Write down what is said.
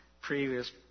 previous